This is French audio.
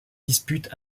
dispute